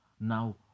Now